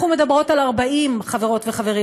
אנחנו מדברות על 40, חברות וחברים.